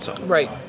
Right